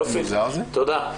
יופי, תודה.